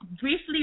briefly